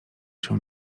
się